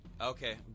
Okay